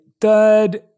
third